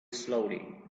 slowly